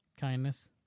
kindness